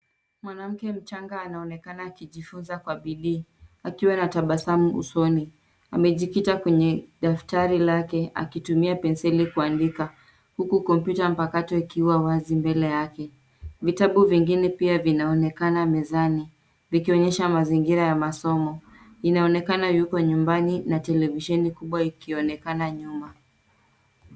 Mwanamke mchanga anaonekana akijifunza kwa bidii akiwa na tabasamu usoni. Amejikita kwenye daftari lake akitumia penseli kuandika huku kompyuta mpakato ikiwa wazi mbele yake. Vitabu vingine pia vinaonekana mezani vikionyesha mazingira ya masomo. Inaonekana yuko nyumbani na televisheni kubwa ikionekana nyuma.